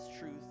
truth